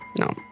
No